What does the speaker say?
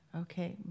Okay